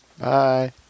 Bye